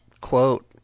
quote